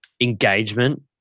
engagement